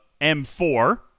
M4